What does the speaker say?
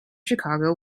chicago